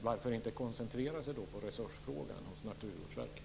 Varför inte koncentrera sig på frågan om resurser hos Naturvårdsverket?